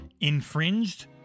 infringed